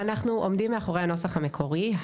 אנחנו עומדים מאחורי הנוסח המקורי.